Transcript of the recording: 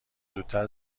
زودتر